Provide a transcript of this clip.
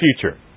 future